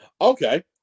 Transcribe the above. Okay